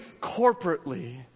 corporately